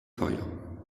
teuer